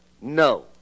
No